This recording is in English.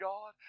God